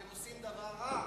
הם עושים דבר רע?